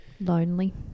lonely